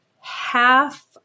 half